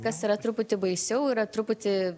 kas yra truputį baisiau yra truputį